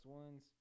ones